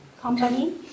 company